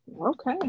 Okay